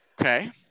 Okay